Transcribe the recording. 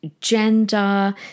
gender